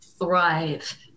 thrive